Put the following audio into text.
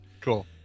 Cool